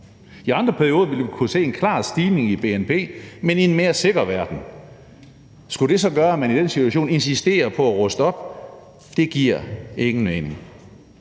I andre perioder vil vi kunne se en klar stigning i bnp, men i en mere sikker verden. Skal det så gøre, at man i den situation insisterer på at ruste op? Det giver ingen mening.